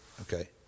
Okay